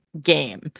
game